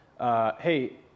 Hey